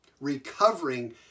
Recovering